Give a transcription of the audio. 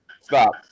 Stop